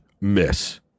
miss